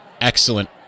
excellent